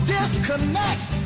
Disconnect